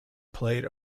played